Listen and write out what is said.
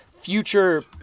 future